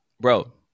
Bro